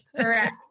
Correct